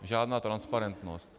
Žádná transparentnost.